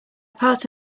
part